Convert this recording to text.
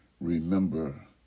remember